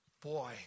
Boy